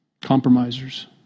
Compromisers